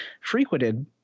frequented